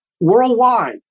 worldwide